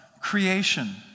creation